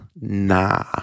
Nah